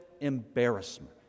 embarrassment